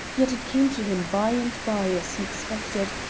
yet it came to him by and by, as he expected,